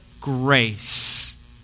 grace